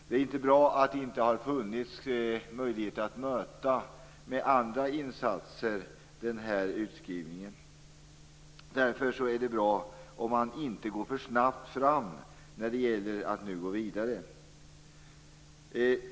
Det är inte bra att det inte har funnits möjligheter att möta den här utskrivningen med andra insatser. Därför är det bra om man inte går för snabbt fram när det gäller att nu komma vidare.